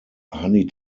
honey